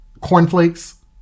cornflakes